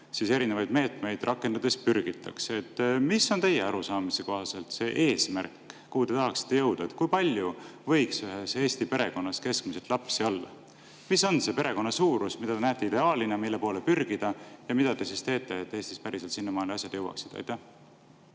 poole erinevaid meetmeid rakendades pürgitakse. Mis on teie arusaamise kohaselt see eesmärk, kuhu te tahaksite jõuda? Kui palju võiks ühes Eesti perekonnas keskmiselt lapsi olla? Mis on see perekonna suurus, mida te näete ideaalina, mille poole pürgida, ja mida te teete, et Eestis päriselt sinnamaani asjad jõuaksid? Aitäh!